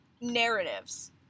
narratives